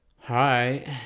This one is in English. hi